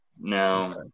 Now